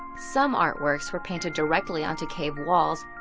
some artworks were painted directly onto cave walls,